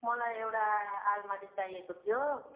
मलाई एउटा आलमारी चाहिएको थियो